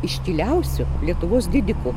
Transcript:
iškiliausių lietuvos didikų